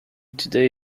today